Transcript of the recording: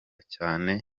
cyane